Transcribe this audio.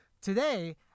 Today